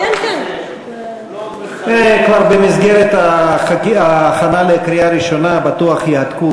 זה כבר במסגרת ההכנה לקריאה ראשונה בטוח יעתיקו,